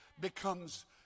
becomes